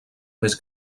més